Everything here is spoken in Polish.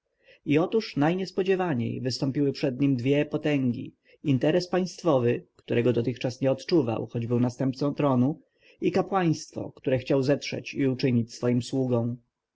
otóż najniespodziewaniej wystąpiły przed nim dwie potęgi interes państwowy którego dotychczas nie odczuwał choć był następcą tronu i kapłaństwo które chciał zetrzeć i uczynić swoim sługą